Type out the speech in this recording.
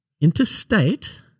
interstate